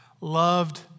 Loved